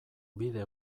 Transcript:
bide